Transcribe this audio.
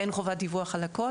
אין חובת דיווח על הכול.